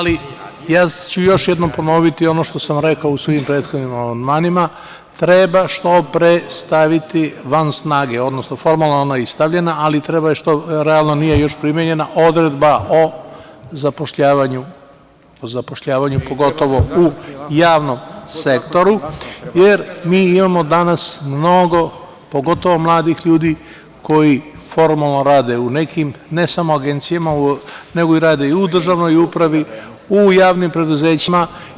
Još jednom ću ponoviti ono što sam rekao u svim prethodnim amandmanima, treba što pre staviti van snage, odnosno formalna i stavljena, ali treba što realno nije primenjena odredba o zapošljavanju pogotovo u javnom sektoru, jer mi imamo danas mnogo pogotovo mladih ljudi koji formalno rade u nekim ne samo agencijama, nego i rade u državnoj upravi, u javnim preduzećima.